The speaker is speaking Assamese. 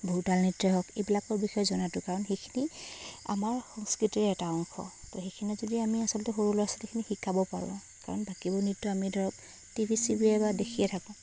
ভোৰতাল নৃত্য হওক এইবিলাকৰ বিষয়ে জনাটো কাৰণ সেইখিনি আমাৰ সংস্কৃতিৰ এটা অংশ তো সেইখিনি যদি আমি আচলতে সৰু ল'ৰা ছোৱালীখিনিক শিকাব পাৰোঁ কাৰণ বাকীবোৰ নৃত্য আমি ধৰক টিভিয়ে চিভিয়ে দেখিয়ে থাকোঁ